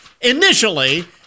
initially